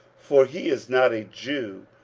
for he is not a jew,